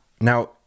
now